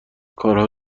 کارها